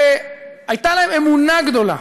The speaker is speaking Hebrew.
והייתה להם אמונה גדולה,